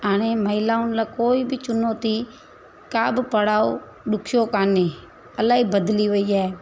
हाणे महिलाउनि लाइ कोई बि चुनौती का बि पडाव ॾुखियो काने अलाही बदिली वेई आहे